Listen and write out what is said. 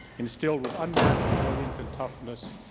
instilled with unmatched resilience and toughness,